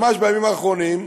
ממש בימים האחרונים,